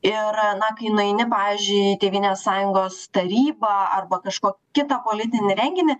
ir na kai nueini pavyzdžiui į tėvynės sąjungos taryba arba kažkokį kito politinį renginį